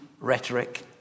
rhetoric